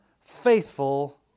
faithful